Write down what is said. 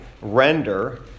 render